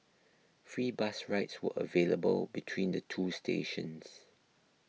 free bus rides were available between the two stations